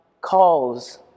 calls